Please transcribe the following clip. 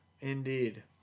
Indeed